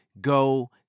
Go